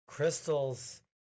Crystals